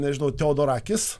nežinau teodorakis